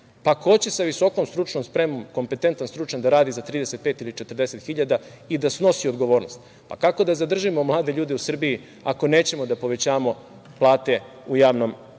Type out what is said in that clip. gradova, sa visokom stručnom spremom, kompetentan stručnjak da radi za 35 ili 40 hiljada i da snosi odgovornost? Kako da zadržimo mlade ljude u Srbiji ako nećemo da povećamo plate u javnom